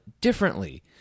differently